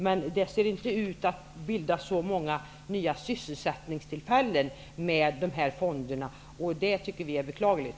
Det ser alltså inte ut att bildas så många nya sysselsättningstillfällen med dessa fonder. Det tycker vi är beklagligt.